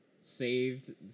saved